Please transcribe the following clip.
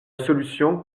solution